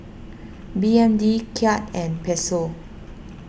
B N D Kyat and Peso